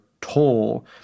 toll